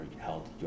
held